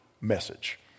message